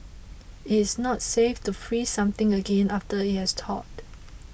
it's not safe to freeze something again after it has thawed